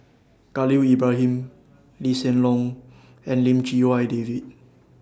Khalil Ibrahim Lee Hsien Loong and Lim Chee Wai David